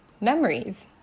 memories